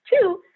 two